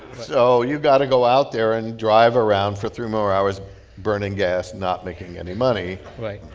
so you've got to go out there and drive around for three more hours burning gas, not making any money right,